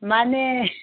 ꯃꯥꯅꯦ